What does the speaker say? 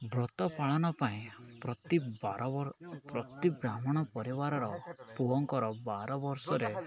ବ୍ରତ ପାଳନ ପାଇଁ ପ୍ରତି ବାର ପ୍ରତି ବ୍ରାହ୍ମଣ ପରିବାରର ପୁଅଙ୍କର ବାର ବର୍ଷରେ